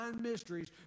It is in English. mysteries